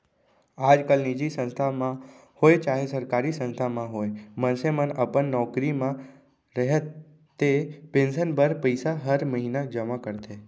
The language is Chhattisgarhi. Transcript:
आजकाल निजी संस्था म होवय चाहे सरकारी संस्था म होवय मनसे मन अपन नौकरी म रहते पेंसन बर पइसा हर महिना जमा करथे